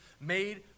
made